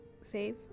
Save